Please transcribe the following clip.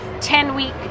ten-week